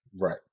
Right